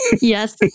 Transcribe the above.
Yes